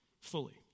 fully